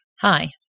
Hi